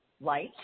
light